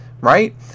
right